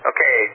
Okay